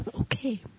okay